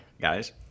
guys